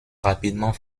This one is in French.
rapidement